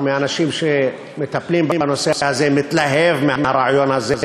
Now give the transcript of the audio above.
מהאנשים שמטפלים בנושא הזה מתלהב מהרעיון הזה,